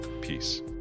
peace